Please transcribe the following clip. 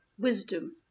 wisdom